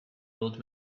old